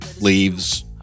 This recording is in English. leaves